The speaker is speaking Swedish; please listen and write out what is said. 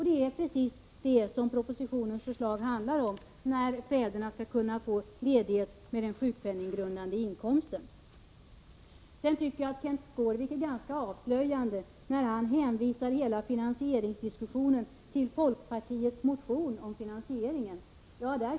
Det är precis detta propositionen handlar om när den föreslår att fäderna skall kunna få ledighet med den sjukpenninggrundande inkomsten. Det är ganska avslöjande att Kenth Skårvik när det gäller hela finansieringsdiskussionen hänvisar till folkpartiets motion om finansieringen i statsbudgeten.